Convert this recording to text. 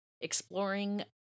exploring